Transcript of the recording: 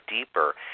deeper